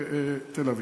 ותל-אביב.